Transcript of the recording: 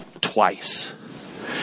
twice